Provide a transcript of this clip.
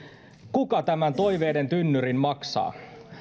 kuka tämän toiveiden tynnyrin maksaa